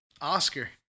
Oscar